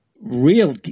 real